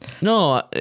No